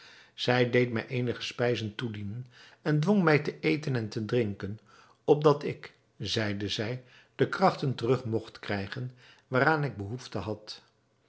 zij deed mij eenige spijzen toedienen en dwong mij te eten en te drinken opdat ik zeide zij de krachten terug mogt krijgen waaraan ik behoefte had